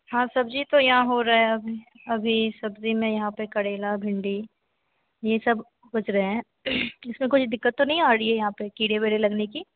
हाँ सब्ज़ी तो यहाँ हो रही अभी अभी सब्ज़ी में यहाँ पर करैला भिन्डी यह सबकुछ हो रहे हैं इसमें कोई दिक्कत तो नहीं आ रही यहाँ पर कीड़े उड़े लगने की